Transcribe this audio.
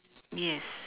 yes